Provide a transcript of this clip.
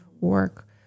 work